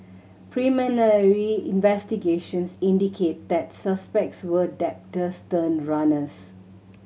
investigations indicated that the suspects were debtors turned runners